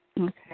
Okay